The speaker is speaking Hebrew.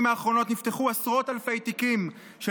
בשנים האחרונות נפתחו עשרות אלפי תיקים של